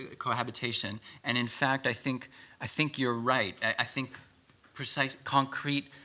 cohabitation. and in fact, i think i think you're right. i think precise concrete,